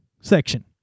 section